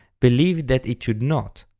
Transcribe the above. believed that it should not,